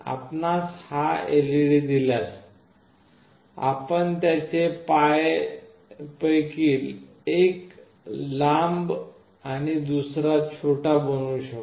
आपणास हा LED दिसल्यास आपण त्याचे पायांपैकी एक लांब किंवा दुसरा छोटा बनवू शकता